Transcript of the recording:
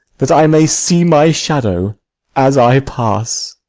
that i may see my shadow as i pass.